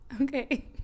Okay